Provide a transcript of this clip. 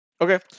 Okay